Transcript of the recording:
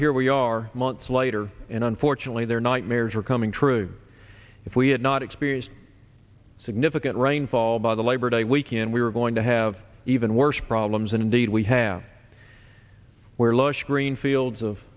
here we are months later and unfortunately their nightmares are coming true if we had not experienced significant rainfall by the labor day weekend we were going to have even worse problems and indeed we have where lush green fields of